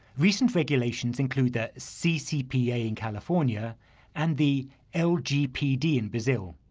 recent regulations include the ccpa in california and the ah lgpd in brazil.